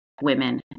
women